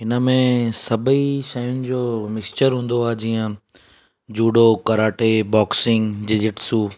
हिन में सभेई शयुनि जो मिक्सचर हूंदो आहे जीअं जूडो कराटे बॉक्सिंग जिजिट्सू